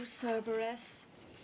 Cerberus